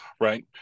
right